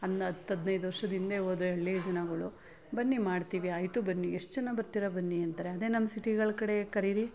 ಒಂದು ಹತ್ತು ಹದ್ನೈದು ವರ್ಷದ ಹಿಂದೆ ಹೋದರೆ ಹಳ್ಳಿಯ ಜನಗಳು ಬನ್ನಿ ಮಾಡ್ತೀವಿ ಆಯಿತು ಬನ್ನಿ ಎಷ್ಟು ಜನ ಬರ್ತೀರಾ ಬನ್ನಿ ಅಂತಾರೆ ಅದೇ ನಮ್ಮ ಸಿಟಿಗಳು ಕಡೆ ಕರೀರಿ